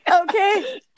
Okay